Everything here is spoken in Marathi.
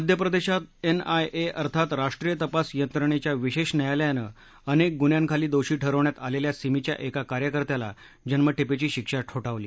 मध्यप्रदेशात एनआयए अर्थात राष्ट्रीय तपास यंत्रणेच्या विशेष न्यायालयानं अनेक गुन्ह्यांखाली दोषी ठरवण्यात आलेल्या सीमीच्या एका कार्यकर्त्याला जन्मठेपेची शिक्षा ठोठावली